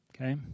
okay